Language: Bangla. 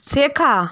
শেখা